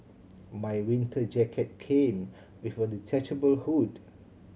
my winter jacket came with a detachable hood